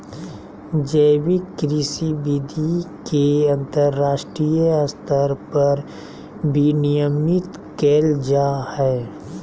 जैविक कृषि विधि के अंतरराष्ट्रीय स्तर पर विनियमित कैल जा हइ